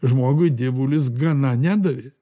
žmogui dievulis gana nedavė